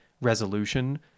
resolution